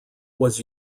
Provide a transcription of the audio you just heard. was